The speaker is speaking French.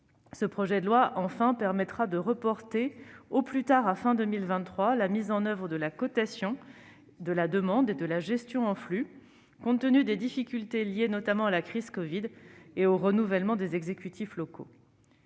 Ce projet de loi, enfin, permettra de reporter, au plus tard à la fin de 2023, la mise en oeuvre de la cotation de la demande et de la gestion en flux, compte tenu des difficultés liées notamment à la crise du covid-19 et au renouvellement des exécutifs locaux.